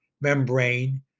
membrane